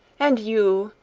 and you,